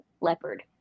leopard